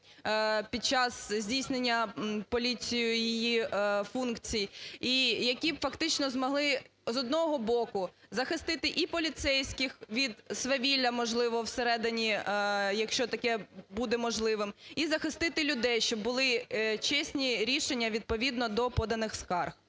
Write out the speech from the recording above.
під час здійснення поліцією її функцій, і які б фактично змогли, з одного боку, захистити і поліцейських від свавілля можливого всередині, якщо таке буде можливим, і захистити людей, щоб були чесні рішення відповідно до поданих скарг.